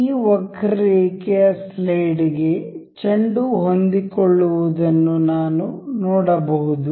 ಈ ವಕ್ರರೇಖೆಯ ಸ್ಲೈಡ್ ಗೆ ಚೆಂಡು ಹೊಂದಿಕೊಳ್ಳುವುದನ್ನು ನಾನು ನೋಡಬಹುದು